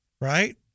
right